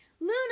Luna